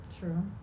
True